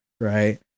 right